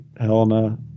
helena